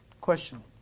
Question